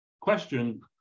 question